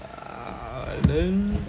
uhh then